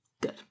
good